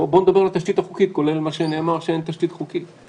בואו נדבר על התשתית החוקית כולל מה שנאמר שאין תשתית חוקית.